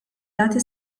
jagħti